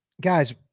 guys